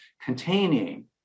containing